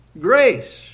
Grace